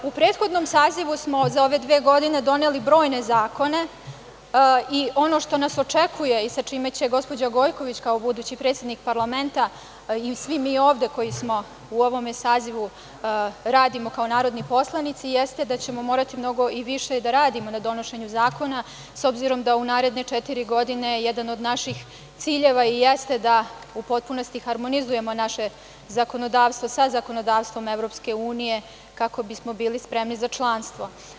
U prethodnom sazivu smo za ove dve godine doneli brojne zakone i ono što nas očekuje i sa čime će gospođa Gojković, kao budući predsednik parlamenta i svi mi ovde koji smo u ovome sazivu radimo kao narodni poslanici jeste da ćemo morati mnogo više da radimo na donošenju zakona, s obzirom da u naredne četiri godine jedan od naših ciljeva i jeste da u potpunosti harmonizujemo naše zakonodavstvo sa zakonodavstvom EU, kako bismo bili spremni za članstvo.